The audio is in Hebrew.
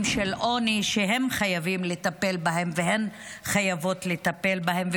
של עוני שהם חייבים לטפל בהם והן חייבות לטפל בהם.